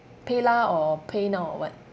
PayLah or PayNow or what